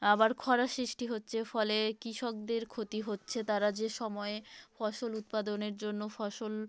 আবার খরার সৃষ্টি হচ্ছে ফলে কৃষকদের ক্ষতি হচ্ছে তারা যে সময়ে ফসল উৎপাদনের জন্য ফসল